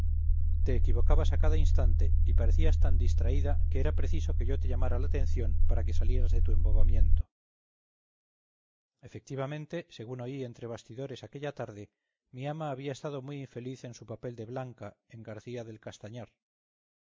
te equivocabas a cada instante y parecías tan distraída que era preciso que yo te llamara la atención para que salieras de tu embobamiento efectivamente según oí entre bastidores aquella tarde mi ama había estado muy infeliz en su papel de blanca en garcía del castañar